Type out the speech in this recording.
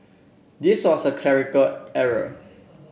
this was a clerical error